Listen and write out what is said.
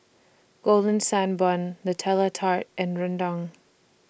Golden Sand Bun Nutella Tart and Rendang